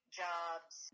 jobs